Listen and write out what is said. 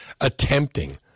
attempting